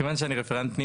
כיוון שאני רפרנט פנים,